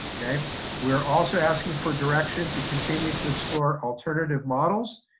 yeah um we're also asking for direction to continue to explore alternative models,